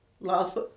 Love